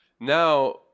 now